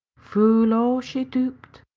fu' low she duked,